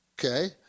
Okay